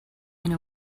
and